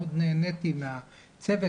מאוד נהניתי מהצוות,